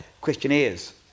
questionnaires